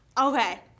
okay